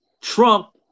Trump